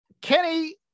kenny